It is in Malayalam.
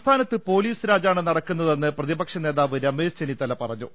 സംസ്ഥാനത്ത് പൊലീസ് രാജാണ് നടക്കുന്നതെന്ന് പ്രതിപക്ഷ നേതാവ് രമേശ് ചെന്നിത്തല പറഞ്ഞു